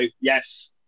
yes